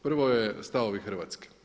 Prvo je stavovi Hrvatske.